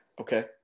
Okay